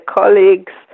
colleagues